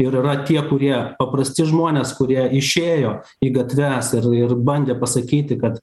ir yra tie kurie paprasti žmonės kurie išėjo į gatves ir ir bandė pasakyti kad